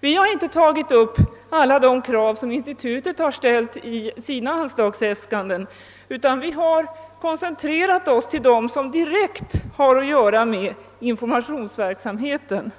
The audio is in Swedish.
Vi har inte tagit upp alla de krav som institutet har ställt i sina anslagsäskanden, utan vi har koncentrerat oss till dem som direkt har att göra med informationsverksamheten.